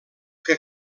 que